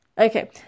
Okay